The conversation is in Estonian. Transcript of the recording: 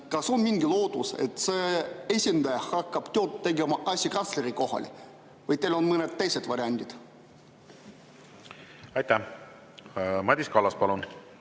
kas on mingi lootus, et see esindaja hakkab tööd tegema asekantsleri kohal. Või on teil mõned teised variandid? Aitäh! Madis Kallas, palun!